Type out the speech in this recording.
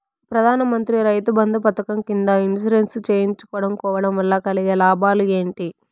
ప్రధాన మంత్రి రైతు బంధు పథకం కింద ఇన్సూరెన్సు చేయించుకోవడం కోవడం వల్ల కలిగే లాభాలు ఏంటి?